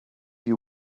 you